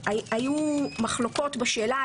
היו מחלוקות בשאלה,